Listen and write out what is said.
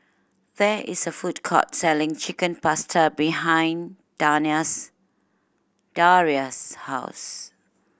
there is a food court selling Chicken Pasta behind Daria's house